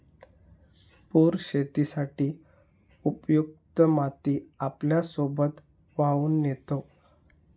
पूर शेतीसाठी उपयुक्त माती आपल्यासोबत वाहून नेतो